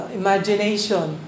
imagination